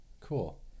Cool